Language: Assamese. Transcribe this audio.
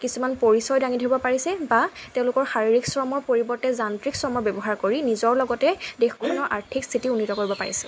কিছুমান পৰিচয় দাঙি ধৰিব পাৰিছে বা তেওঁলোকৰ শাৰীৰিক শ্ৰমৰ পৰিৱৰ্তে যান্ত্ৰিক শ্ৰমৰ ব্যৱহাৰ কৰি নিজৰ লগতে দেশখনৰ আৰ্থিক স্থিতি উন্নিত কৰিব পাৰিছে